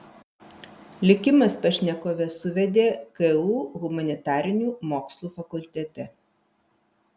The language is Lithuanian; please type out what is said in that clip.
likimas pašnekoves suvedė ku humanitarinių mokslų fakultete